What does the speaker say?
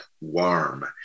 warm